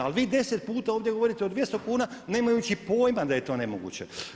Ali vi 10 puta ovdje govorite o 200 kuna nemajući pojma da je to nemoguće.